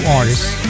artists